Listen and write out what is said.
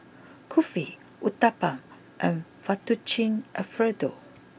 Kulfi Uthapam and Fettuccine Alfredo